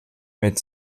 mit